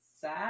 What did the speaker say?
sad